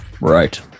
Right